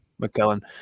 McKellen